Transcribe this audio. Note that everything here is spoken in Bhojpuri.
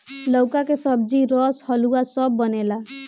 लउका के सब्जी, रस, हलुआ सब बनेला